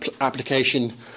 application